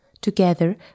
Together